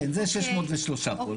כן, זה 603 פה.